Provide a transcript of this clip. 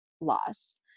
loss